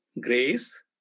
grace